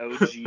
OG